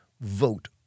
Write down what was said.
vote